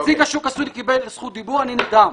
נציג השוק הסיני קיבל זכות דיבור, אני נדהם.